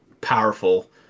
powerful